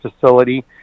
facility